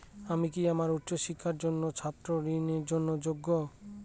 আমি কি আমার উচ্চ শিক্ষার জন্য ছাত্র ঋণের জন্য যোগ্য?